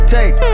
Take